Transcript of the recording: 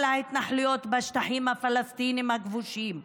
ההתנחלויות בשטחים הפלסטיניים הכבושים.